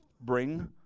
bring